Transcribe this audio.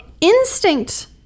instinct